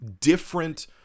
different